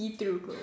see through